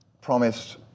promised